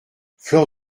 fleur